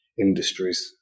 industries